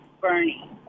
Bernie